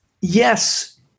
yes